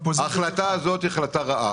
ההחלטה הזאת היא החלטה רעה,